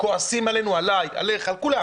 כועסים עלינו עליי, עליך, על כולם